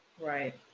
Right